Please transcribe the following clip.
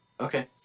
Okay